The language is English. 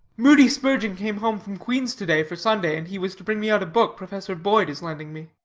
moody spurgeon came home from queen's today for sunday and he was to bring me out a book professor boyd is lending me.